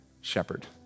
shepherd